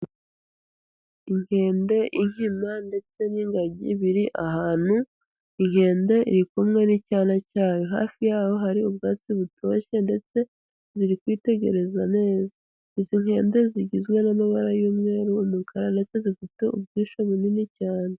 Inkende, inkima ndetse n'ingagi biri ahantu, inkende iri kumwe n'icyana cyayo, hafi yaho hari ubwatsi butoshye ndetse ziri kwitegereza neza. Izi nkende zigizwe n'amabara y'umweru, umukara ndetse zifite ubwisho bunini cyane.